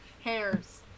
hairs